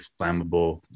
flammable